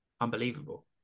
Unbelievable